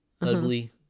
ugly